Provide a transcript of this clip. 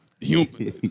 Human